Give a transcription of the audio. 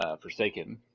Forsaken